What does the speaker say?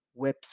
website